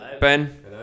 Ben